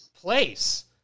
place